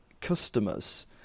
customers